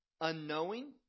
unknowing